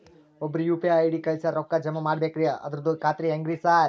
ಒಬ್ರು UPI ID ಕಳ್ಸ್ಯಾರ ರೊಕ್ಕಾ ಜಮಾ ಮಾಡ್ಬೇಕ್ರಿ ಅದ್ರದು ಖಾತ್ರಿ ಹೆಂಗ್ರಿ ಸಾರ್?